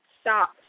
stop